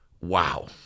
Wow